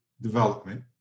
development